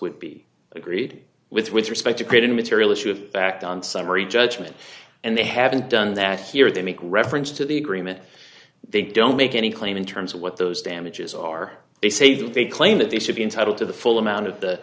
would be agreed with with respect to creating a material issue of fact on summary judgment and they haven't done that here they make reference to the agreement they don't make any claim in terms of what those damages are they say that they claim that they should be entitled to the full amount of the